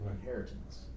inheritance